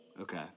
Okay